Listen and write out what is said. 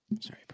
Sorry